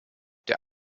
der